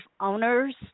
owners